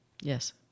Yes